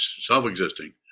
Self-existing